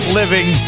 living